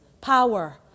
power